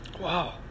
Wow